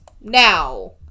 now